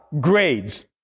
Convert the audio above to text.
grades